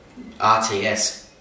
RTS